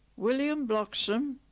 william bloxham,